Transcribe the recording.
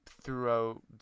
throughout